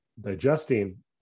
digesting